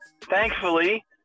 thankfully